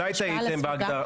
אולי טעיתם בהגדרה?